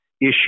issue